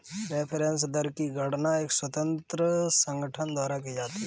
reference दर की गणना एक स्वतंत्र संगठन द्वारा की जाती है